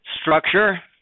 structure